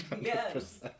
Yes